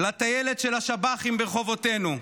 לטיילת של השב"חים ברחובותינו.